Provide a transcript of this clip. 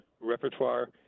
repertoire